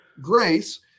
grace